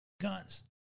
guns